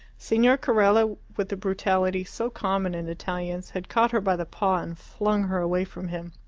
signor carella, with the brutality so common in italians, had caught her by the paw and flung her away from him.